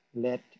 let